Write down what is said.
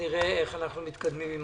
נראה איך אנחנו מתקדמים עם